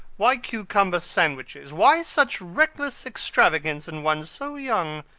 why cucumber sandwiches? why such reckless extravagance in one so young?